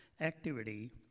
activity